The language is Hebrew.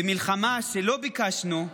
במלחמה שלא ביקשנו,